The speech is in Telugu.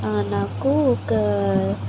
నాకు ఒక